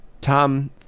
Tom